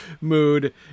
mood